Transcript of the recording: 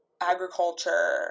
agriculture